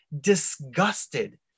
disgusted